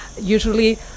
usually